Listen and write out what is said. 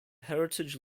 heritage